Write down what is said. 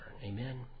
Amen